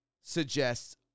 suggests